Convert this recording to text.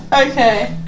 okay